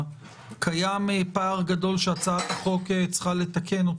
קיים פער גדול שהצעת החוק צריכה לתקן?